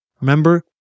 Remember